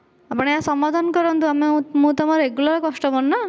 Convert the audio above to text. ଆପଣ ଏହାର ସମାଧାନ କରନ୍ତୁ ମୁଁ ମୁଁ ତମର ରେଗୁଲାର କଷ୍ଟମର ନା